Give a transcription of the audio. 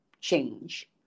change